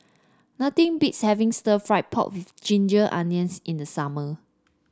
nothing beats having stir fry pork with Ginger Onions in the summer